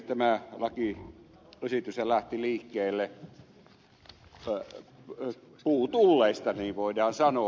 tämä lakiesityshän lähti liikkeelle puutulleista niin voidaan sanoa